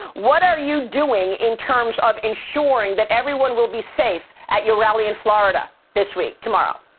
what are you doing in terms of ensuring that everyone will be safe at your rally in florida this week? tomorrow.